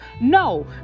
No